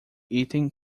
item